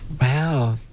Wow